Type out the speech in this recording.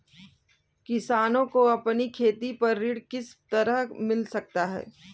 किसानों को अपनी खेती पर ऋण किस तरह मिल सकता है?